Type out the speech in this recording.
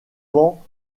pan